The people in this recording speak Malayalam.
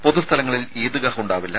പൊതു സ്ഥലങ്ങളിൽ ഇദ്ഗാഹ് ഉണ്ടാവില്ല